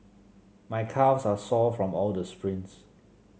my calves are sore from all the sprints